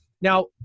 Now